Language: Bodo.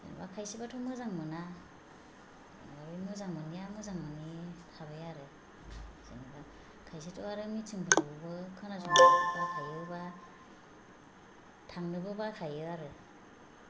जेनेबा खायसेफोराथ' मोजां मोना जेनेबा बे मोजां मोनैया मोजां मोनै थाबाय आरो जेनेबा खायसेथ' आरो मिटिंफोरखौबो खोनासंनो बाखायो बा थांनोबो बाखायो आरो